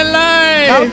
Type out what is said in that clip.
life